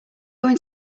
going